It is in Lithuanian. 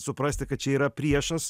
suprasti kad čia yra priešas